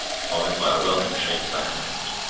followed by a welcome shake of the hand.